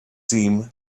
seem